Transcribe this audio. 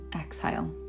exhale